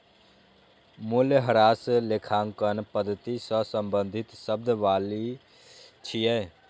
मूल्यह्रास लेखांकन पद्धति सं संबंधित शब्दावली छियै